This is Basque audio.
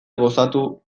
gozatu